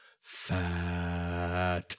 fat